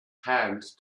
hand